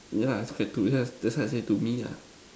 yeah that's why I to that's why I say to me lah